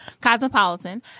Cosmopolitan